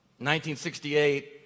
1968